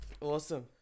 Awesome